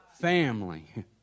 family